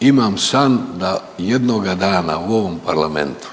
imam san da jednoga dana u ovom parlamentu